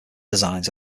designs